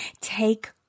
Take